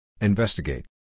Investigate